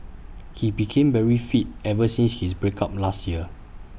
he became very fit ever since his break up last year